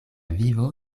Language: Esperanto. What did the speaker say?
vivo